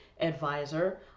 advisor